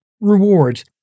rewards